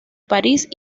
parís